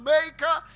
Maker